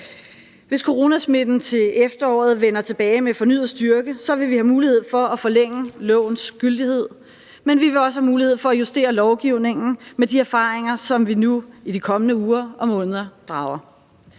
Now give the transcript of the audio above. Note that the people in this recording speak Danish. Hvis coronasmitten til efteråret vender tilbage med fornyet styrke, vil vi have mulighed for at forlænge lovens gyldighed, men vi vil også have mulighed for at justere lovgivningen med de erfaringer, som vi nu i de kommende uger og måneder drager.